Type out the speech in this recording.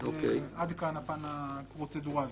עד כאן הפן הפרוצדורלי.